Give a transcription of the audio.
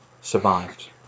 Survived